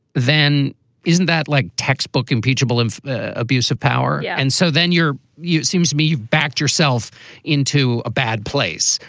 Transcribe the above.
then isn't that like textbook impeachable, and the abuse of power? yeah and so then you're you it seems to me you backed yourself into a bad place.